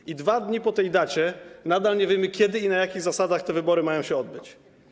I dwa dni po tej dacie nadal nie wiemy, kiedy i na jakich zasadach te wybory mają się odbyć.